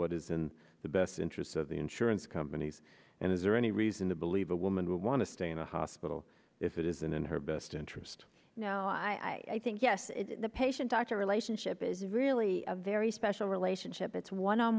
what is in the best interests of the insurance companies and is there any reason to believe a woman would want to stay in a hospital if it isn't in her best interest now i think yes the patient doctor relationship is really a very special relationship it's one on